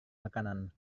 makanan